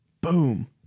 boom